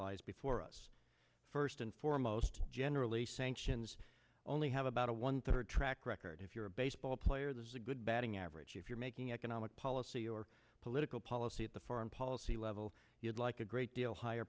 lies before us first and foremost generally sanctions only have about a one third track record if you're a baseball player there's a good batting average if you're making economic policy or political policy at the foreign policy level you'd like a great deal higher